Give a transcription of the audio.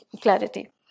clarity